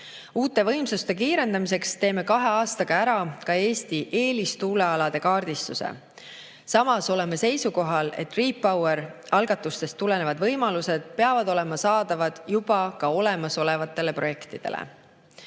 Uute võimsuste kiirendamiseks teeme kahe aastaga ära ka Eesti eelis-tuulealade kaardistuse. Samas oleme seisukohal, et RePower algatustest tulenevad võimalused peavad olema saadaval juba ka olemasolevate projektide